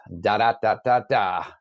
da-da-da-da-da